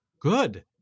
Good